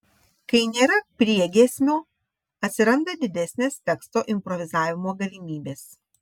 kai nėra priegiesmio atsiranda didesnės teksto improvizavimo galimybės